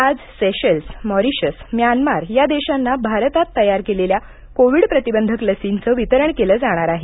आज Seychelles Mauritius Myanmar या देशांना भारतात तयार केलेल्या कोविड प्रतिबंधक लसींचं वितरण केलं जाणार आहे